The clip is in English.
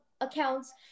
accounts